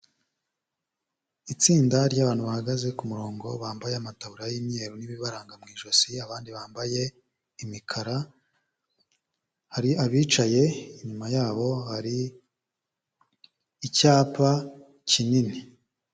Itsinda ry'abantu bahagaze ku murongo, bambaye amatarubura y'imyeru n'ibibaranga mu ijosi, abandi bambaye imikara, hari abicaye inyuma yabo hari icyapa kinini.